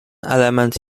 element